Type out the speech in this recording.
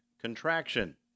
contraction